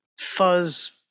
fuzz